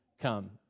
come